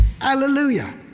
Hallelujah